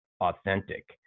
authentic